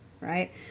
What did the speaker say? right